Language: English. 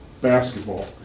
basketball